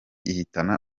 ihitana